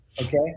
Okay